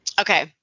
Okay